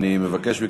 אני מבקש מכם,